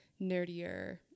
nerdier